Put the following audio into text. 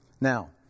Now